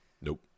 Nope